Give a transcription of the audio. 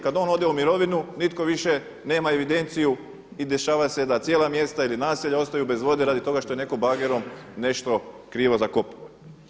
Kad on ode u mirovinu nitko više nema evidenciju i dešava se da cijela mjesta ili naselja ostaju bez vode rade toga što je netko bagerom nešto krivo zakopao.